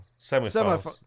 Semifinals